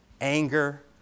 anger